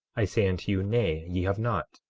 i say unto you, nay, ye have not.